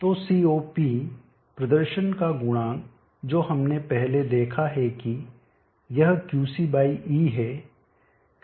तो CoP प्रदर्शन का गुणांक जो हमने पहले देखा है कि यह Qc बाय E है